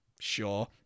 Sure